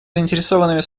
заинтересованными